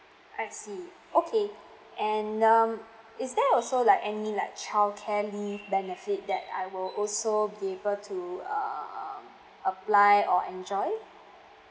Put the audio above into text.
I see okay and um is there also like any like childcare leave benefit that I will also be able um apply or enjoying